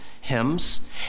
hymns